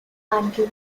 and